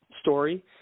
story